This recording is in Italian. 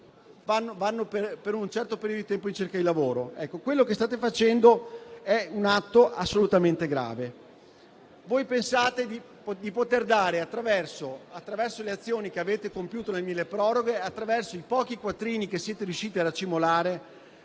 Voi pensate di poter dare, attraverso quanto previsto nel milleproroghe, attraverso i pochi quattrini che siete riusciti a racimolare,